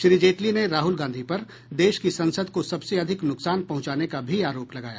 श्री जेटली ने राहुल गांधी पर देश की संसद को सबसे अधिक नुकसान पहुंचाने का भी आरोप लगाया